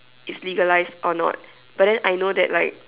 it's legalized or not but then I know that like